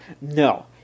No